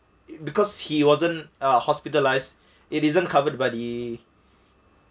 because he wasn't uh hospitalised it isn't covered by the